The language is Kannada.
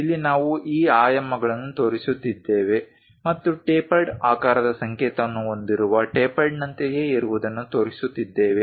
ಇಲ್ಲಿ ನಾವು ಈ ಆಯಾಮಗಳನ್ನು ತೋರಿಸುತ್ತಿದ್ದೇವೆ ಮತ್ತು ಟೇಪರ್ಡ್ ಆಕಾರದ ಸಂಕೇತವನ್ನು ಹೊಂದಿರುವ ಟೇಪರ್ಡ್ನಂತೆಯೇ ಇರುವುದನ್ನು ತೋರಿಸುತ್ತಿದ್ದೇವೆ